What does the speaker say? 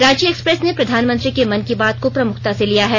Ranchi express ने प्रधानमंत्री के मन की बात को प्रमुखता से लिया है